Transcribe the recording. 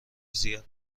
زیاد